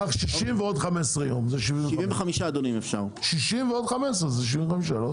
קח 60 ועוד 15. ה-15 זה חריג.